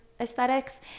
aesthetics